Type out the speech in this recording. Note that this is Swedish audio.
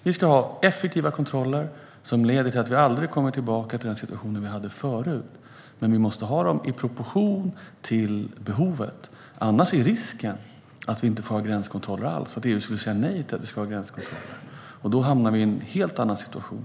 Vi ska ha effektiva kontroller som leder till att vi aldrig kommer tillbaka till den situation vi hade förut. Men de måste stå i proportion till behovet. Annars är risken att vi inte får ha gränskontroller alls, att EU säger nej till att vi ska ha gränskontroller. Då hamnar vi i en helt annan situation.